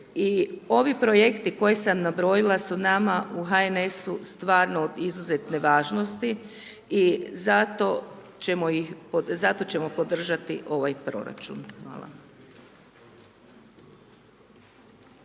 ovi projekti koje sam nabrojila, su nama u HNS-u stvarno od izuzetne važnosti, i zato ćemo podržati ovaj proračun. Hvala.